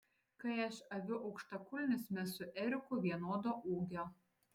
kai aš aviu aukštakulnius mes su eriku vienodo ūgio